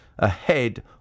ahead